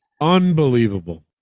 Unbelievable